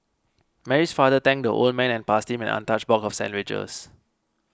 Mary's father thanked the old man and passed him an untouched box of sandwiches